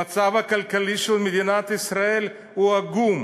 המצב הכלכלי של מדינת ישראל הוא עגום,